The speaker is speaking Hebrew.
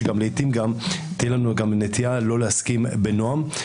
שלעתים תהיה לנו נטייה לא להסכים בנועם.